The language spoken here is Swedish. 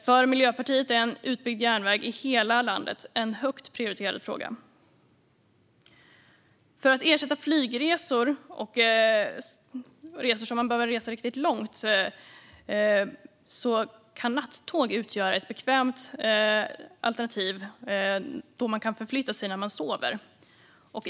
För Miljöpartiet är en utbyggd järnväg i hela landet en högt prioriterad fråga. För att ersätta flygresor och resor där man behöver resa riktigt långt kan nattåg utgöra ett bekvämt alternativ, då man kan förflytta sig när man sover.